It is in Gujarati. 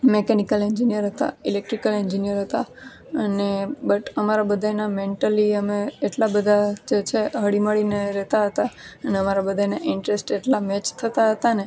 મેકેનિકલ એન્જીનીયર હતા ઈલેકટ્રીકલ એન્જીનીયર હતા અને બટ અમારા બધાના મેન્ટલી અમે એટલા બધા જે છે હળી મળીને રહેતા હતા અને અમારા બધાને ઇન્ટ્રેસ્ટ એટલી મેચ થતી હતી ને